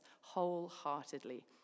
wholeheartedly